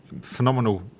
phenomenal